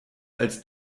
als